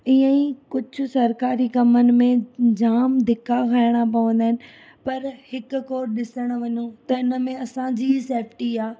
इअं ई कुझु सरकारी कमनि में जाम धिका खाइणा पवंदा आहिनि पर हिकु को ॾिसण वञू त हिन में असांजी ही सेफ्टी आहे